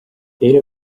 eile